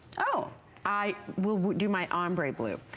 ah i will do my ombre blue.